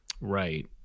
Right